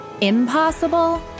impossible